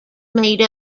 made